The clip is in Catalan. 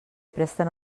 presten